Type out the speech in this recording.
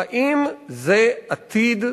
האם זה עתיד?